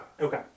Okay